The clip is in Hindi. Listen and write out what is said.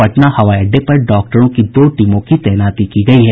पटना हवाई अड्डे पर डॉक्टरों की दो टीमों की तैनाती की गयी है